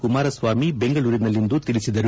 ಕುಮಾರಸ್ವಾಮಿ ಬೆಂಗಳೂರಿನಲ್ಲಿಂದು ತಿಳಿಸಿದರು